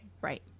Right